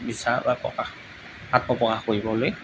বিচাৰ বা প্ৰকাশ আত্মপ্ৰকাশ কৰিবলৈ